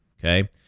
Okay